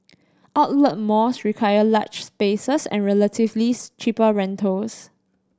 outlet malls require large spaces and relatively cheaper rentals